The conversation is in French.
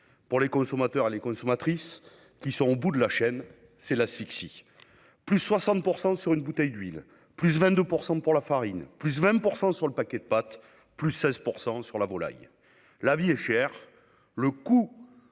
Pour les consommateurs et les consommatrices, qui sont au bout de la chaîne, c'est l'asphyxie : +60 % sur une bouteille d'huile, +22 % pour la farine, +20 % sur le paquet de pâtes, +16 % sur la volaille. La vie est chère, le caddie